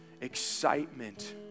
excitement